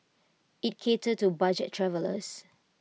IT catered to budget travellers